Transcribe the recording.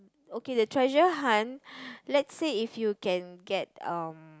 okay the treasure hunt let's say if you can get um